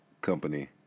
company